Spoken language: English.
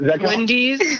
Wendy's